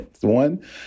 one